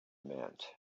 meant